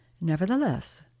nevertheless